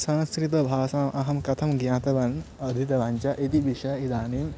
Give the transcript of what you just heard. संस्कृतभाषा अहं कथं ज्ञातवान् अधीतवान् च इति विषयः इदानीम्